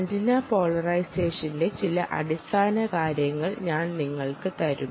antenna പോളറൈസേഷന്റെ ചില അടിസ്ഥാനകാര്യങ്ങൾ ഞാൻ നിങ്ങൾക്ക് തരും